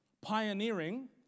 pioneering